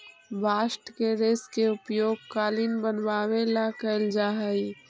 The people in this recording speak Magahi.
बास्ट के रेश के उपयोग कालीन बनवावे ला कैल जा हई